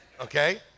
okay